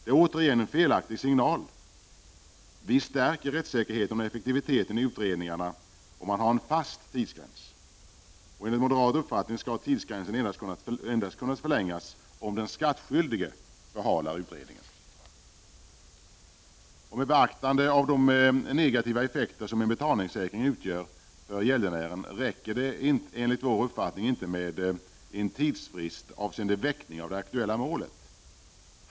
Det är återigen en felaktig signal. Vi stärker rättssäkerheten och effektiviteten i utredningarna, om vi inför en fast tidsgräns. Enligt moderat uppfattning skall tidsgränsen kunna förlängas endast om den skattskyldige förhalar utredningen. Med beaktande av de negativa effekter som en betalningssäkring utgör för gäldenären räcker det enligt vår uppfattning inte med en tidsfrist avseende väckande av det aktuella målet.